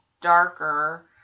darker